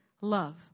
love